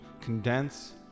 condense